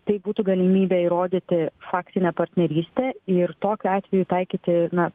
tai būtų galimybė įrodyti faktinę partnerystę ir tokiu atveju taikyti na